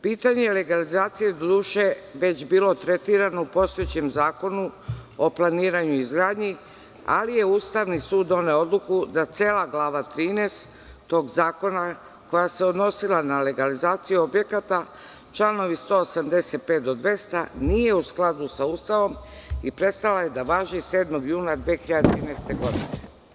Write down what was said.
Pitanje legalizacije je, doduše, već bilo tretirano u postojećem Zakonu o planiranju i izgradnji, ali je Ustavni sud doneo odluku da cela glava 13. tog Zakona, koja se odnosila na legalizaciju objekata, članovi 185. do 200, nije u skladu sa Ustavom i prestala je da važi 7. juna 2013. godine.